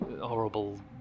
horrible